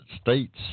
States